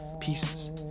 pieces